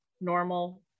normal